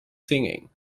singing